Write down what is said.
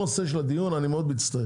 זה לא נושא של הדיון, אני מאוד מצטער.